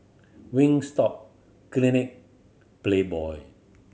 Wingstop Clinique Playboy